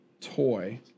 toy